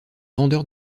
vendeur